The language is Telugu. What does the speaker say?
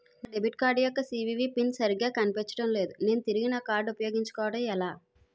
నా డెబిట్ కార్డ్ యెక్క సీ.వి.వి పిన్ సరిగా కనిపించడం లేదు నేను తిరిగి నా కార్డ్ఉ పయోగించుకోవడం ఎలా?